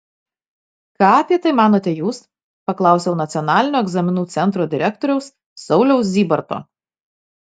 ką apie tai manote jūs paklausiau nacionalinio egzaminų centro direktoriaus sauliaus zybarto